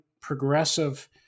progressive